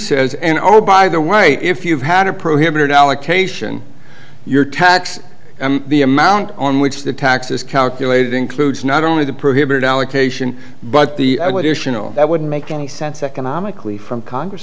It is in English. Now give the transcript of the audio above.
says and oh by the way if you've had a prohibited allocation your tax the amount on which the tax is calculated includes not only the prohibited allocation but the that wouldn't make any sense economically from congress